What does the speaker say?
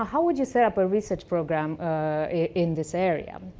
ah how would you set up a research program in this area?